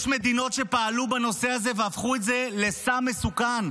יש מדינות שפעלו בנושא הזה והפכו את זה לסם מסוכן,